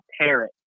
Parrot